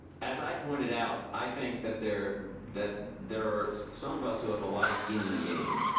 as i pointed out, i think that there that there are some of us who have a lot of skin in the game.